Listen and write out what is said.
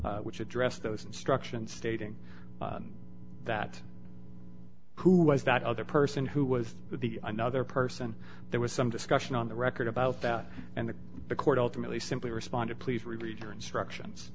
which addressed those instructions stating that who was that other person who was the another person there was some discussion on the record about that and the court ultimately simply responded please read her instructions